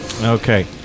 Okay